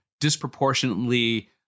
disproportionately